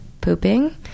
pooping